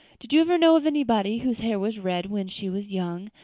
did you ever know of anybody whose hair was red when she was young,